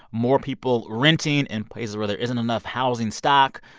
more people renting in places where there isn't enough housing stock.